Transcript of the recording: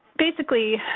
basically,